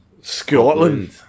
Scotland